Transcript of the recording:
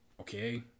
Okay